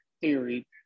theory